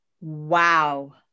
Wow